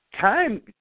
time